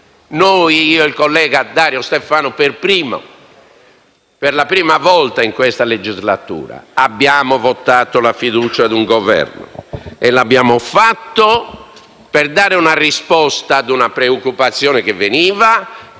Noi, io e il collega Dario Stefano per primo, per la prima volta in questa legislatura, abbiamo votato la fiducia ad un Governo. E lo abbiamo fatto per dare una risposta a delle preoccupazioni esistenti: